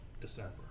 December